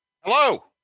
hello